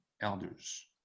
elders